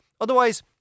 otherwise